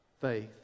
faith